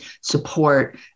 support